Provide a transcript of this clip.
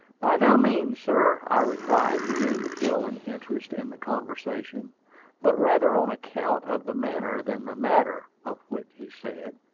by no means, sir, i replied, beginning to feel an interest in the conversation but rather on account of the manner than the matter of what he said.